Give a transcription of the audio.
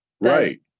Right